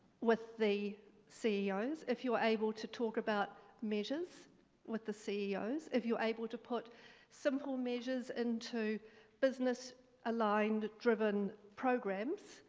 with the ceos, if you are able to talk about measures with the ceos, if you're able to put simple measures into business aligned-driven programs,